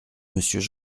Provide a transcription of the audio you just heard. monsieur